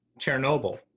Chernobyl